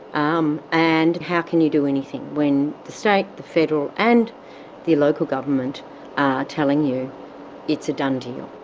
um and how can you do anything when the state, the federal and the local government are telling you it's a done deal.